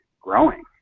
growing